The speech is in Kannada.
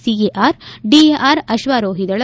ಸಿಎಆರ್ ಡಿಎಆರ್ಅಶ್ವಾರೋಹಿ ದಳ